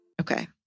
okay